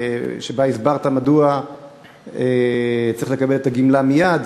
הסברת מדוע צריך לקבל את הגמלה מייד,